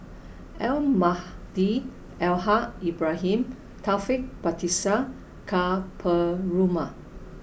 Almahdi Al Haj Ibrahim Taufik Batisah and Ka Perumal